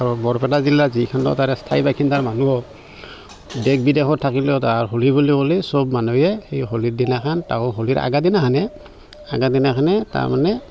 বৰপেটা জিলাৰ যিসমূহ তাৰে স্থায়ী বাসিন্দা মানুহ দেশ বিদেশত থাকিলেও তাহান হ'লী বুলি ক'লে সব মানুহে সেই হ'লী দিনাখন তাহোঁন হ'লীৰ আগৰ দিনাখনে আগৰ দিনাখনে তাৰমানে